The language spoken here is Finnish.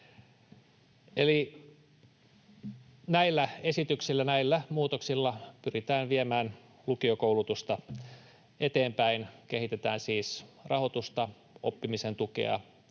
näillä esityksillä, näillä muutoksilla, pyritään viemään lukiokoulutusta eteenpäin. Kehitetään siis rahoitusta, oppimisen tukea,